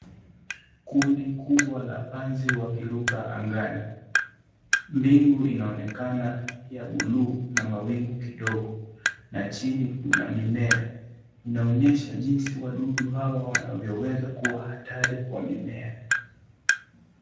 Kundi kubwa la panzi wa kiruka angani. Mbingu inaonekana ya bluu na mawingu kidogo, na chini kuna mimea. Inaonyesha jinsi wadudu hawa wanavyoweza kuwa hatari kwa mimea.